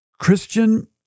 Christian